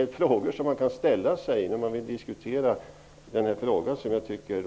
är frågor som man kan ställa sig när man diskuterar den här saken.